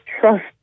trust